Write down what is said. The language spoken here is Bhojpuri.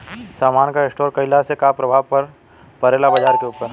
समान के स्टोर काइला से का प्रभाव परे ला बाजार के ऊपर?